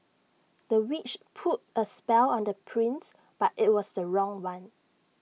the witch put A spell on the prince but IT was the wrong one